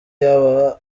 yaba